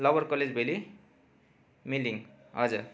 lower college valley मेलिङ हजुर